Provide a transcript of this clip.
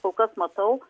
kol kas matau